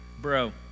bro